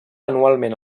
anualment